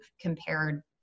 compared